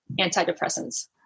antidepressants